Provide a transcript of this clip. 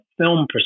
film